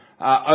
over